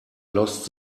lost